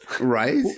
Right